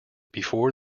before